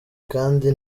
kandi